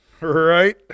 right